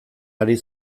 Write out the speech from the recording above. ari